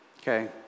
Okay